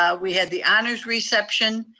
ah we had the honor's reception,